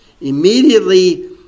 Immediately